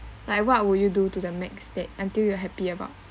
like what would you do to the max that until you happy about